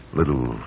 little